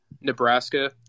Nebraska